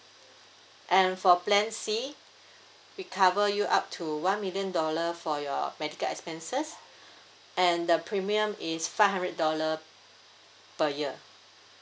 and for plan C we cover you up to one million dollar for your medical expenses and the premium is five hundred dollar per year